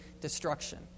destruction